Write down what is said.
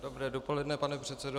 Dobré dopoledne, pane předsedo.